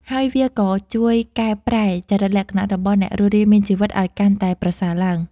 ហើយវាក៏ជួយកែប្រែចរិតលក្ខណៈរបស់អ្នករស់រានមានជីវិតឱ្យកាន់តែប្រសើរឡើង។